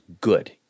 good